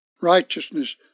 righteousness